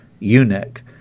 eunuch